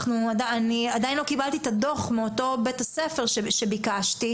אני עדיין לא קיבלתי את הדו"ח מאותו בית ספר שביקשתי,